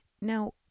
Now